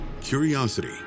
curiosity